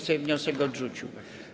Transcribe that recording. Sejm wniosek odrzucił.